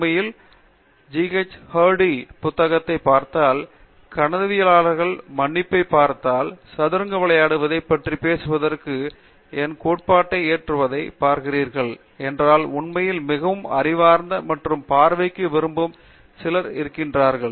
உண்மையில் GH Hardy யின் புத்தகத்தைப் பார்த்தால் கணிதவியலாளரின் மன்னிப்பைப் பார்த்தால் சதுரங்கம் விளையாடுவதைப் பற்றி பேசுவதற்கு அவரது எண் கோட்பாட்டை ஏற்றுவதைப் பார்க்கிறீர்கள் என்றால் உண்மையில் மிகவும் அறிவார்ந்த மற்றும் பார்வைக்கு விரும்பும் சிலர் இருக்கிறார்கள்